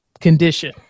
condition